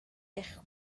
eich